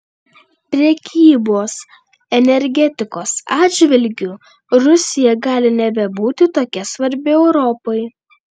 prekybos energetikos atžvilgiu rusija gali nebebūti tokia svarbi europai